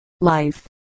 Life